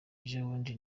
ejobundi